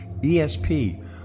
ESP